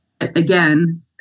again